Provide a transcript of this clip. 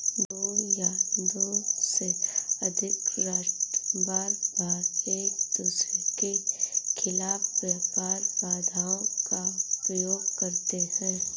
दो या दो से अधिक राष्ट्र बारबार एकदूसरे के खिलाफ व्यापार बाधाओं का उपयोग करते हैं